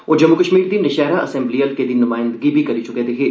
ओह् जम्मू कश्मीर दी नौशैहरा असैम्बली हलके दी नुमाइंदगी बी करी चुके दे हे